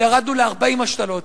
וירדנו ל-40 השתלות.